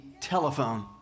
telephone